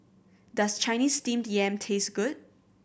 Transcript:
does Chinese Steamed Yam taste good